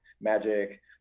magic